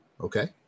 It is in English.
Okay